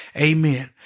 Amen